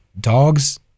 dogs